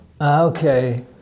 Okay